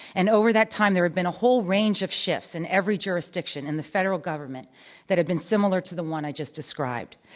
and over that time, there had been a whole range of shifts in every jurisdiction in the federal government that had been similar to the one i just described.